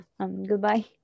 Goodbye